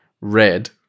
red